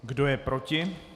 Kdo je proti?